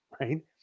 right